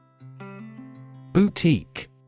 Boutique